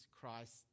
Christ